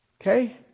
Okay